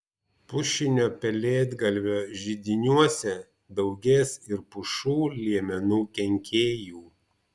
pušinio pelėdgalvio židiniuose daugės ir pušų liemenų kenkėjų